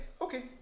okay